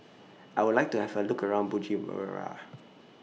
I Would like to Have A Look around Bujumbura